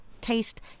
taste